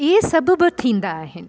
इहे सभ बि थींदा आहिनि